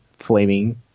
Flaming